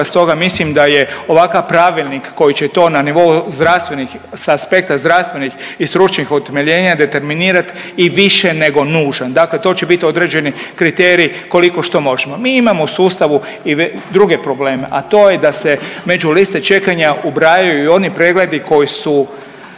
Stoga mislim da je ovakav pravilnika koji će to na nivou zdravstvenih sa aspekta zdravstvenih i stručnih utemeljenja determinirat i više nego nužan. Dakle, to će biti određeni kriterij koliko što možemo. Mi imamo u sustavu i druge probleme, a to je da se među liste čekanja ubrajaju i oni pregledi koji su